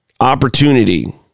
opportunity